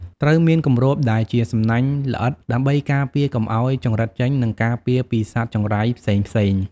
ត្រូវមានគម្របដែលជាសំណាញ់ល្អិត ដើម្បីការពារកុំឲ្យចង្រិតចេញ និងការពារពីសត្វចង្រៃផ្សេងៗ។